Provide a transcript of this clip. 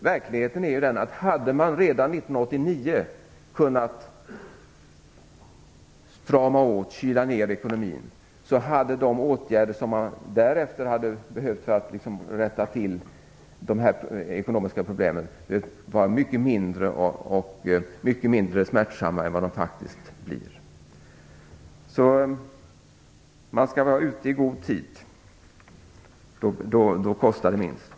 Verkligheten är den att hade man redan 1989 kunnat strama åt, kyla ner, ekonomin, hade de åtgärder som därefter har behövts för att rätta till de ekonomiska problemen varit mycket mindre smärtsamma än vad de faktiskt blir. Man skall alltså vara ute i god tid. Då kostar det minst.